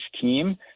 team